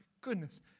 goodness